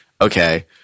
okay